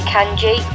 Kanji